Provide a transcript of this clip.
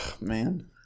man